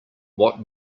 what